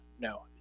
no